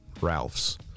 Ralph's